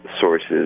sources